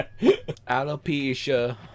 Alopecia